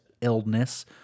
illness